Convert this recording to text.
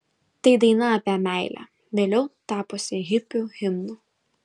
tai daina apie meilę vėliau tapusi hipių himnu